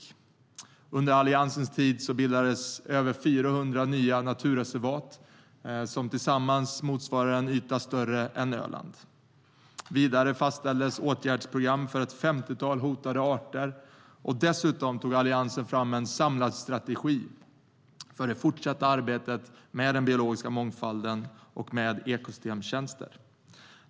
Under Alliansens tid bildades över 400 nya naturreservat som tillsammans motsvarar en yta större än Öland. Vidare fastställdes åtgärdsprogram för ett femtiotal hotade arter. Dessutom tog Alliansen fram en samlad strategi för det fortsatta arbetet med den biologiska mångfalden och ekosystemtjänster.